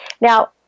now